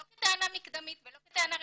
לא כטענה מקדמית ולא כטענה ראשונית,